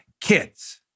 Kids